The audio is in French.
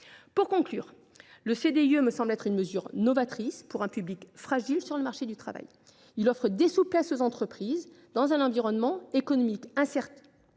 Pour conclure, le CDIE me semble une mesure novatrice pour un public fragilisé sur le marché du travail. Il offre des souplesses aux entreprises dans un environnement économique incertain